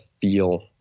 feel